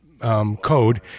Code